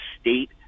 state